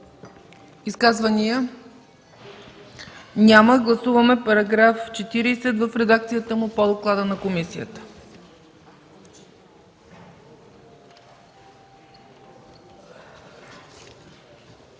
Изказвания? Няма. Гласуваме § 1 в редакцията му по доклада на комисията.